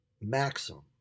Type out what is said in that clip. maxim